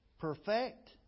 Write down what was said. perfect